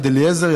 יד אליעזר,